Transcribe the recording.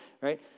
right